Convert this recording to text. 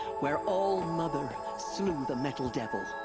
where all-mother. slew the metal devil.